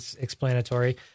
explanatory